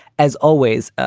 as always,